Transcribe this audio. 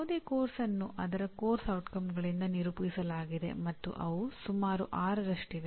ಯಾವುದೇ ಪಠ್ಯಕ್ರಮವನ್ನು ಅದರ ಪಠ್ಯಕ್ರಮದ ಪರಿಣಾಮಗಳಿಂದ ನಿರೂಪಿಸಲಾಗಿದೆ ಮತ್ತು ಅವು ಸುಮಾರು 6 ರಷ್ಟಿವೆ